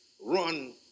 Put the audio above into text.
run